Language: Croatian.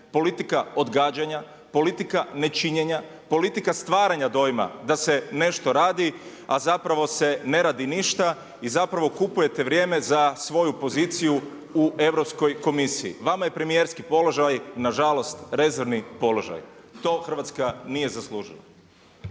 politika odgađanja, politika nečinjenja, politika stvaranja dojma da se nešto radi, a zapravo se ne radi ništa i zapravo kupujete vrijeme za svoju poziciju u Europskoj komisiji. Vama je premijerski položaj nažalost rezervni položaj, to Hrvatska nije zaslužila.